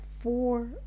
four